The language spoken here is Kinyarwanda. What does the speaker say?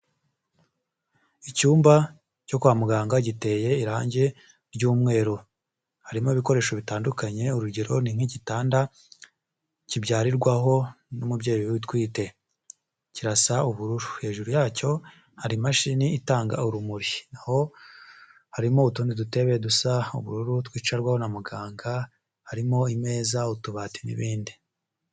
Icyumba cyo kwa muganga giteye irangi ry'umweru, harimo ibikoresho bitandukanye, urugero ni nk'igitanda kibyarirwaho n'umubyeyi utwite, kirasa ubururu, hejuru yacyo hari imashini itanga urumuri, aho harimo utundi dutebe dusa ubururu twicarwaho na muganga, harimo imeza, utubati n'ibindi.